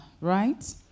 right